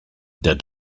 der